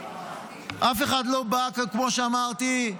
כמו שאמרתי,